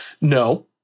No